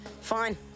Fine